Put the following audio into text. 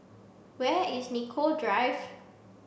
where is Nicoll Drive